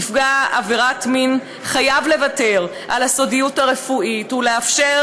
נפגע עבירת מין חייב לוותר על הסודיות הרפואית ולאפשר